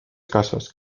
kasvas